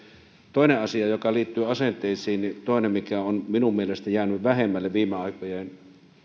toinen asia joka liittyy asenteisiin ja joka on minun mielestäni jäänyt vähemmälle viime aikojen